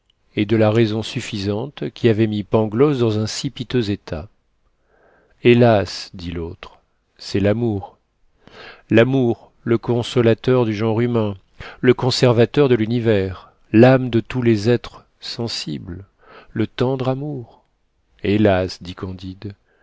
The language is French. et de la raison suffisante qui avait mis pangloss dans un si piteux état hélas dit l'autre c'est l'amour l'amour le consolateur du genre humain le conservateur de l'univers l'âme de tous les êtres sensibles le tendre amour hélas dit candide